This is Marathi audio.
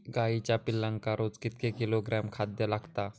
गाईच्या पिल्लाक रोज कितके किलोग्रॅम खाद्य लागता?